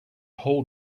hall